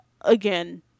again